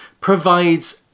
provides